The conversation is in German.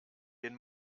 den